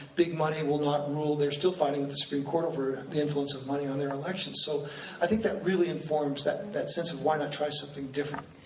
big money will not rule, they're still fighting with the supreme court over the influence of money on their elections. so i think that really informs, that that sense of why not try something different?